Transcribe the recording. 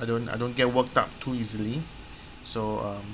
I don't I don't get worked up too easily so um